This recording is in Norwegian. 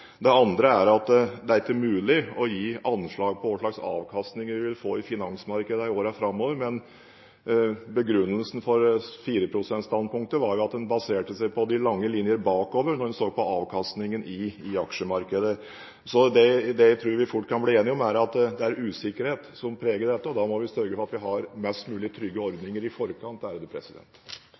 vil få i finansmarkedet i årene framover. Begrunnelsen for 4 pst.-standpunktet var at en baserte seg på de lange linjer bakover når en så på avkastningen i aksjemarkedet. Det jeg tror vi fort kan bli enige om, er at det er usikkerhet som preger dette, og da må vi sørge for å ha tryggest mulig ordninger i forkant.